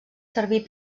servir